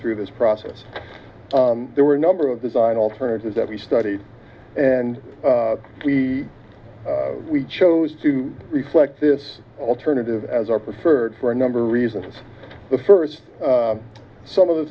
through this process there were a number of design alternatives that we studied and we chose to reflect this alternative as our preferred for a number of reasons the first some of the